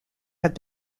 have